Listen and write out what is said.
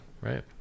Right